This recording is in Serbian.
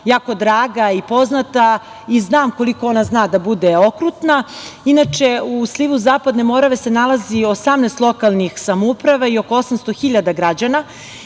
jako draga i poznata i znam koliko ona zna da bude okrutna. Inače, u slivu Zapadne Morave se nalazi 18 lokalnih samouprava i oko 800 hiljada građana